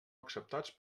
acceptats